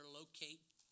locate